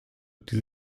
die